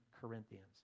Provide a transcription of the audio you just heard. Corinthians